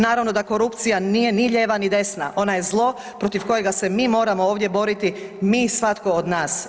Naravno da korupcija nije ni lijeva ni desna, ona je zlo protiv kojega se mi moramo ovdje boriti, mi i svatko od nas.